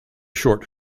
short